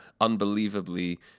unbelievably